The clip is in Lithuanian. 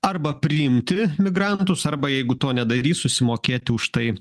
arba priimti migrantus arba jeigu to nedarys susimokėti už tai